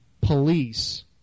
police